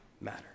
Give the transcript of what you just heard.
matter